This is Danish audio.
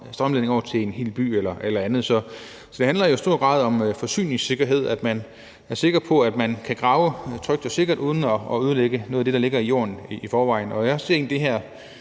strømledning over til en hel by eller andet. Så det handler i høj grad om forsyningssikkerhed, altså at man kan grave trygt og sikkert uden at ødelægge noget af det, der ligger i jorden i forvejen. Jeg ser egentlig